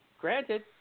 Granted